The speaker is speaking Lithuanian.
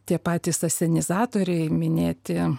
tie patys asenizatoriai minėti